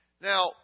now